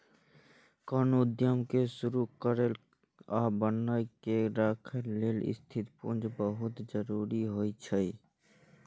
कोनो उद्यम कें शुरू करै आ बनाए के राखै लेल स्थिर पूंजी बहुत जरूरी होइ छै